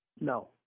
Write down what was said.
No